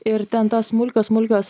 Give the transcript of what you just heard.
ir ten tos smulkios smulkios